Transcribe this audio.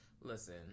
Listen